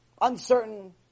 uncertain